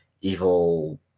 Evil